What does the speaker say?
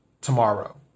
tomorrow